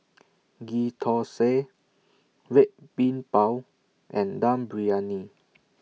Ghee Thosai Red Bean Bao and Dum Briyani